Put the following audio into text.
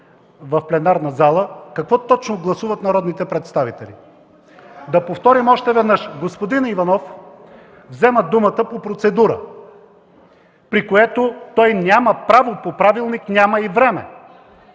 в пленарната зала какво точно гласуват народните представители. Да повторим още веднъж: господин Иванов взема думата по процедура, при което той няма право по правилник, няма и време.